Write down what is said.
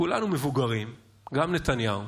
כולנו מבוגרים, גם נתניהו.